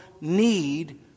need